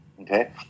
Okay